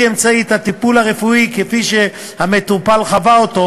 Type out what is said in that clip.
אמצעי את הטיפול הרפואי כפי שהמטופל חווה אותו,